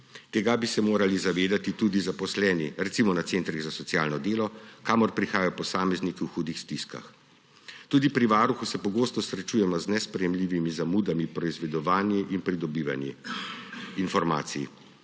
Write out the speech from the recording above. Tega bi se morali zavedati tudi zaposleni recimo na centrih za socialno delo, kamor prihajajo posamezniki v hudih stiskah. Tudi pri Varuhu se pogosto srečujemo z nesprejemljivimi zamudami, proizvedovanjif in pridobivanji informacij.